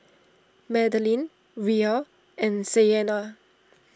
Madilynn Rhea and Sienna